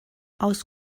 aus